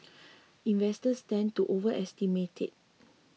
investors tend to overestimate it